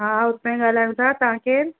हा हुतांई ॻाल्हायो था तव्हां केरु